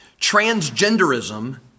Transgenderism